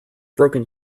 broken